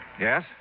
Yes